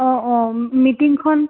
অ' অ' মিটিংখন